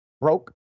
broke